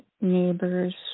neighbor's